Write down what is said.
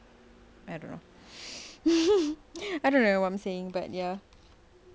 I don't know I don't know what I'm saying but ya